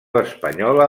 espanyola